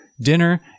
Dinner